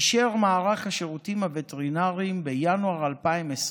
אישר מערך השירותים הווטרינריים בינואר 2020